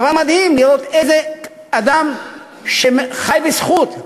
זה דבר מדהים לראות אדם שחי בזכות.